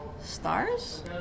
Stars